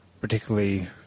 particularly